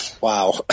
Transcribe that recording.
wow